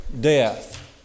death